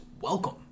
welcome